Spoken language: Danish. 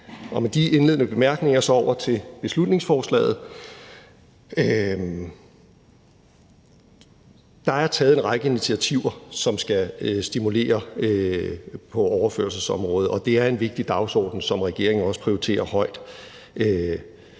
Med de indledende bemærkninger vil jeg gå over til beslutningsforslaget. Der er taget en række initiativer, som skal stimulere på overførselsområdet, og det er en vigtig dagsorden, som regeringen også prioriterer højt.